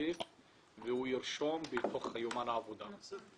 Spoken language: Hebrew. בתקנת משנה (ג)